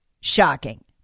shocking